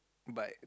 but